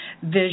vision